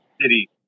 city